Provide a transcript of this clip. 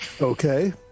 Okay